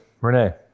Renee